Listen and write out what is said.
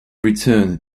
returned